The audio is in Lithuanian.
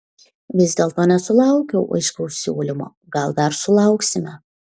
vis dėlto nesulaukiau aiškaus siūlymo gal dar sulauksime